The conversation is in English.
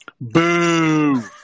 Boo